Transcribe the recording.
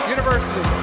University